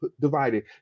divided